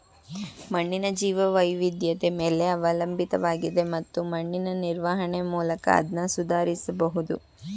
ಮಣ್ಣಿನ ಜೀವವೈವಿಧ್ಯತೆ ಮೇಲೆ ಅವಲಂಬಿತವಾಗಿದೆ ಮತ್ತು ಮಣ್ಣಿನ ನಿರ್ವಹಣೆ ಮೂಲಕ ಅದ್ನ ಸುಧಾರಿಸ್ಬಹುದು